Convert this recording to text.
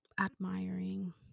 admiring